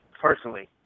personally